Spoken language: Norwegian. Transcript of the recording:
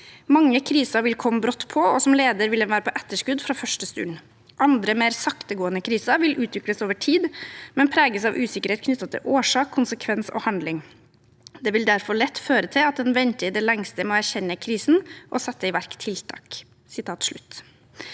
Mange kriser vil komme brått på, og som leder vil en være på etterskudd fra første stund. Andre, mer saktegående kriser vil utvikles over tid, men preges av usikkerhet knyttet til årsak, konsekvens og handling. Det vil derfor lett føre til at en venter i det lengste med å erkjenne krisen og sette i verk tiltak. Så